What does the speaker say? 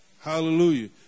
hallelujah